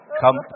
Come